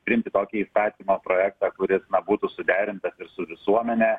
priimti tokį įstatymo projektą kuris būtų suderintas ir su visuomene